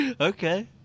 Okay